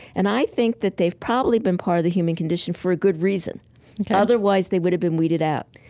and i think that they've probably been part of the human condition for a good reason okay otherwise they would've been weeded out.